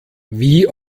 wie